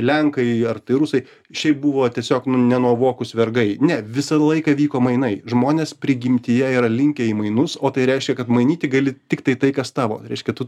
lenkai ar tai rusai šiaip buvo tiesiog nu nenuovokūs vergai ne visą laiką vyko mainai žmonės prigimtyje yra linkę į mainus o tai reiškia kad mainyti gali tiktai tai kas tavo reiškia tu